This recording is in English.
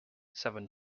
southern